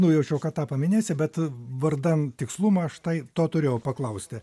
nujaučiau kad tą paminėsi bet vardan tikslumo aš tai to turėjau paklausti